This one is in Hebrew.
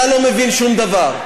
אתה לא מבין שום דבר.